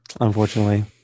unfortunately